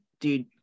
dude